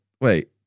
Wait